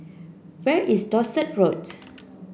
where is Dorset Road